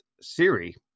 Siri